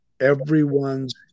everyone's